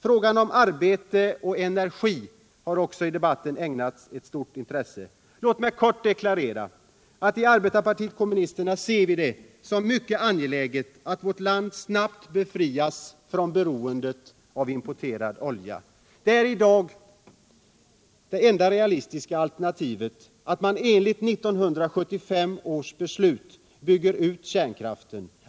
Frågan om arbete och energi har ägnats stort intresse i debatten. Låt mig kort deklarera att i arbetarpartiet kommunisterna ser vi det som mycket angeläget att vårt land snabbt befrias från beroendet av importerad olja. Det i dag enda realistiska alternativet är att i enlighet med 1975 års beslut bygga ut kärnkraften.